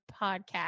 Podcast